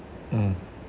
mm